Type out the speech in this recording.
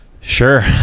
Sure